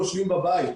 יושבים בבית.